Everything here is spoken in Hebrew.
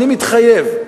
שאני מתחייב,